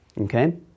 okay